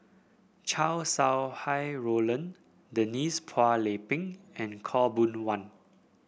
Chow Sau Hai Roland Denise Phua Lay Peng and Khaw Boon Wan